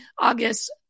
August